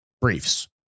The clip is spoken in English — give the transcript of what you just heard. briefs